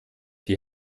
die